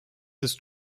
ist